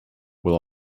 will